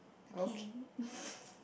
okay